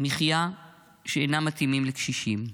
מחיה שאינם מתאימים לקשישים.